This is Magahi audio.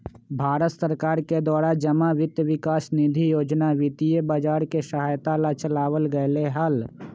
भारत सरकार के द्वारा जमा वित्त विकास निधि योजना वित्तीय बाजार के सहायता ला चलावल गयले हल